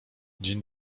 dzień